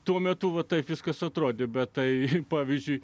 tuo metu va taip viskas atrodė bet tai pavyzdžiui